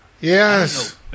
Yes